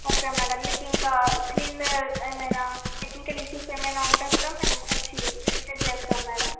okay madam మీకు ఇంకా clean ఏమైనా టెక్నికల్ ఇష్యూస్ ఏమైనా ఉంటే కూడా మేము వచ్చి రిపేర్ చేస్తాం మేడం